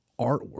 artwork